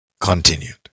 continued